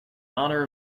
honor